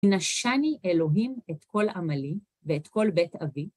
‫נשני אלוהים את כל עמלי ‫ואת כל בית אבי.